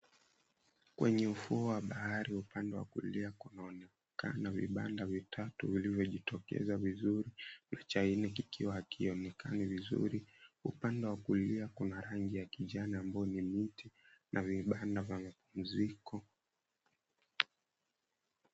Kwenye ufuo wa bahari upande wa kulia kunaonekana vibanda vitatu vilivyojitokeza vizuri na cha nne kikiwa hakionekani vizuri. Upande wa kulia kuna rangi ya kijani ambayo ni miti na vibanda vya mapumziko.